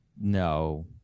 No